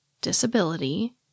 disability